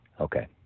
Okay